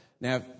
Now